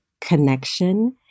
connection